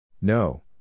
No